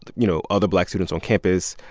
you know, other black students on campus.